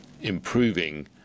improving